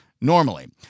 normally